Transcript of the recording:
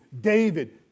David